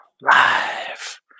live